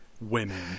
Women